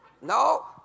No